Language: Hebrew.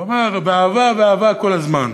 הוא אמר: "ואהבה, אהבה כל הזמן".